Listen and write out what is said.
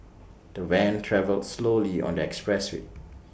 the van travelled slowly on the expressway